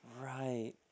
Right